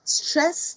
stress